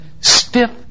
stiff